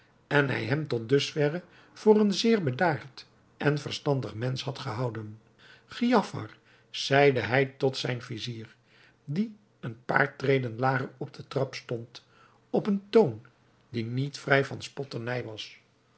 en hij hem tot dusverre voor een zeer bedaard en verstandig mensch had gehouden giafar zeide hij tot zijn vizier die een paar treden lager op den trap stond op een toon die niet vrij van spotternij was